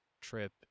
trip